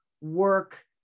work